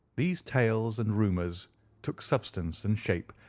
these tales and rumours took substance and shape,